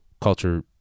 culture